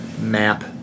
MAP